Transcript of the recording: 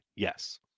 Yes